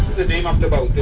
the name of the boat.